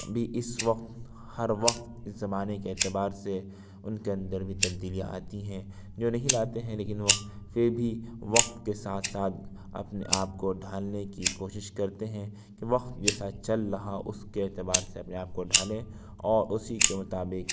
بھی اس وقت ہر وقت اس زمانے کے اعتبار سے ان کے اندر بھی تبدیلیاں آتی ہیں جو نہیں لاتے ہیں لیکن وہ پھر بھی وقت کے ساتھ ساتھ اپنے آپ کو ڈھالنے کی کوشش کرتے ہیں کہ وقت کے ساتھ چل رہا اس کے اعتبار سے اپنے آپ کو ڈھالیں اور اسی کے مطابق